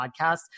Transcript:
podcast